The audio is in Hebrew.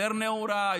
יותר נאורה,